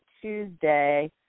Tuesday